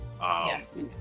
Yes